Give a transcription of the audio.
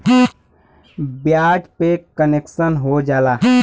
ब्याज पे कन्सेसन हो जाला